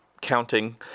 counting